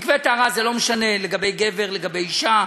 מקווה טהרה זה לא משנה לגבי גבר, לגבי אישה.